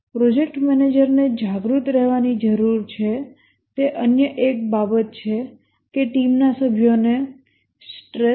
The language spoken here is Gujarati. પ્રોજેક્ટ મેનેજરને જાગૃત રહેવાની જરૂર છે તે અન્ય એક બાબત એ છે કે ટીમના સભ્યોનો સ્ટ્રેસ